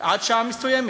עד שעה מסוימת.